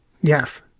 Yes